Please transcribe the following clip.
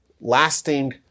lasting